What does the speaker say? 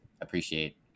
appreciate